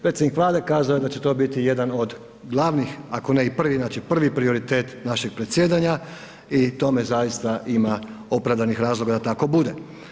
Predsjednik Vlade kazao je da će to biti jedan od glavnih ako ne i prvi, znači prvi prioritet našeg predsjedanja i tome zaista ima opravdanih razloga ako bude.